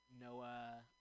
Noah